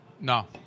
No